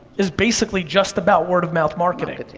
is basically just about word of mouth marketing.